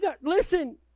Listen